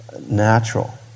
natural